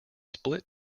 split